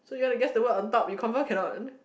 so you want to guess the word on top you confirm cannot